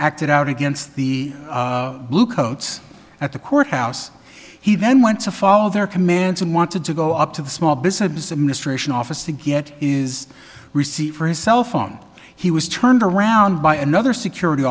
acted out against the bluecoats at the courthouse he then went to follow their command and wanted to go up to the small business administration office to get is receipt for his cellphone he was turned around by another security